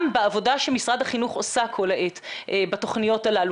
בעבודה שמשרד החינוך עושה כל העת בתוכניות האלה.